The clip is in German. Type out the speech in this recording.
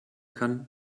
kann